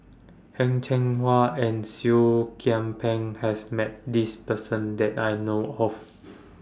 Heng Cheng Hwa and Seah Kian Peng has Met This Person that I know of